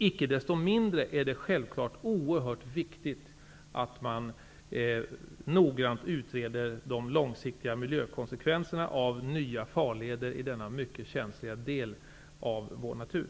Icke desto mindre är det självklart oerhört viktigt att man noggrant utreder de långsiktiga miljökonsekvenserna av nya farleder i denna mycket känsliga del av vår natur.